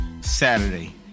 Saturday